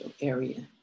area